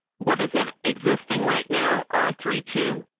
what is it existing right now? are three two.